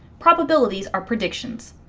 probabilities are predictions.